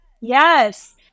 Yes